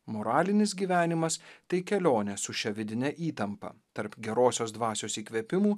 moralinis gyvenimas tai kelionė su šia vidine įtampa tarp gerosios dvasios įkvėpimų